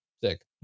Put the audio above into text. sick